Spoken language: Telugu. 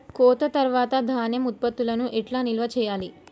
కోత తర్వాత ధాన్యం ఉత్పత్తులను ఎట్లా నిల్వ చేయాలి?